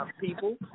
people